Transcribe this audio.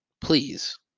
Please